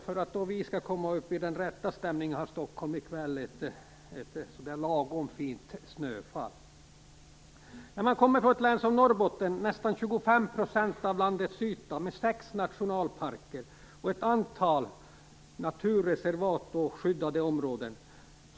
För att vi skall komma i den rätta stämningen har Stockholm i kväll ett lagom fint snöfall. I ett län som Norrbotten, nästan 25 % av landets yta, finns sex nationalparker och ett antal naturreservat och skyddade områden.